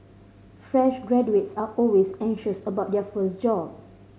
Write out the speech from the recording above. fresh graduates are always anxious about their first job